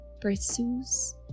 pursues